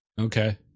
okay